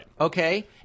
okay